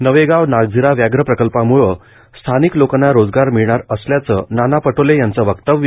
नवेगाव नागझिरा व्याघ्र प्रकल्पामुळं स्थानिक लोकांना रोजगार मिळणार असल्याचं नाना पटोले यांचं वक्तव्य